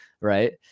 Right